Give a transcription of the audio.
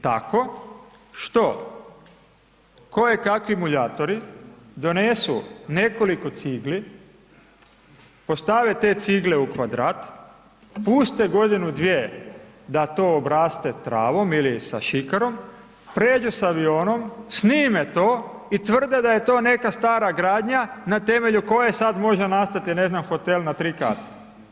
Tako što kojekakvi muljatori donesu nekoliko cigli, postave te cigle u kvadrat, puste godinu, dvije da to obraste travom ili sa šikarom, pređu sa avionom, snime to i tvrde da je to neka stara gradnja na temelju koje sad može nastati ne znam, hotel na 3 kata.